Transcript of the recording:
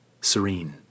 serene